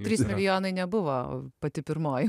trys milijonai nebuvo pati pirmoji